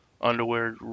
underwear